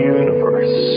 universe